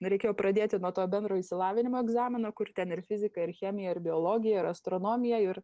reikėjo pradėti nuo to bendro išsilavinimo egzamino kur ten ir fizika ir chemija ir biologija ir astronomija ir